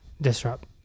disrupt